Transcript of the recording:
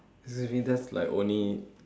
excuse me that's like only